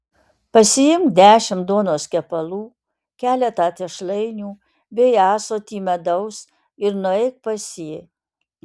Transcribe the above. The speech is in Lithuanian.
pasiimk dešimt duonos kepalų keletą tešlainių bei ąsotį medaus ir nueik pas jį